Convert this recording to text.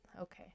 Okay